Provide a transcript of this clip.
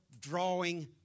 drawing